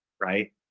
Right